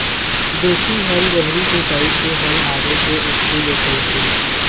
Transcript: देशी हल गहरी जोताई के हल आवे के उथली जोताई के?